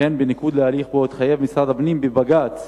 וכן בניגוד להליך שבו התחייב משרד הפנים בבג"ץ